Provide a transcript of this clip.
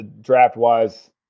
Draft-wise